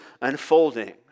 unfolding